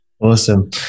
Awesome